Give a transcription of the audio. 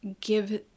give